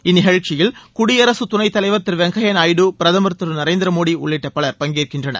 இந்நிகழ்ச்சியில் குடியரசுத் துணைத் தலைவர் திரு வெங்கையா நாயுடு பிரதமர் திரு நரேந்திர மோடி உள்ளிட்ட பலர் பங்கேற்கின்றனர்